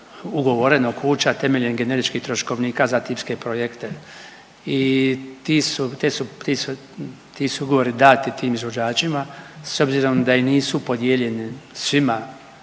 ugovoreno kuća temeljem generičkih troškovnika za tipske projekte i ti su, te su, ti su ugovori dati tim izvođačima s obzirom da i nisu podijeljeni svima